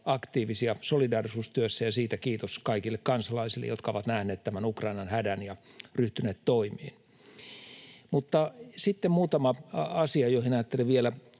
aktiivisia solidaarisuustyössä, ja siitä kiitos kaikille kansalaisille, jotka ovat nähneet tämän Ukrainan hädän ja ryhtyneet toimiin. Sitten muutama asia, joihin ajattelin vielä